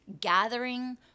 gathering